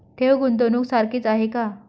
ठेव, गुंतवणूक सारखीच आहे का?